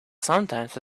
sometimes